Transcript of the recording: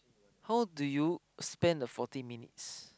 how do you spend the forty minutes